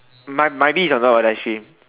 my my bee is on top of that tree